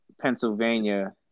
Pennsylvania